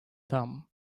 dumb